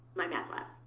mymathlab.